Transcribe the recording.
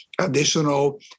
additional